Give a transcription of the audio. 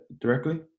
directly